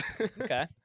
Okay